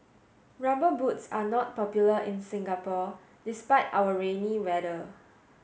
rubber boots are not popular in Singapore despite our rainy weather